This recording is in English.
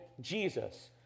Jesus